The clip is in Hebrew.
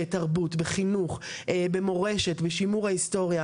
בתרבות, בחינוך, במורשת, בשימור ההיסטוריה